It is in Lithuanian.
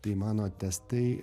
tai mano testai